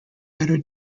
lighter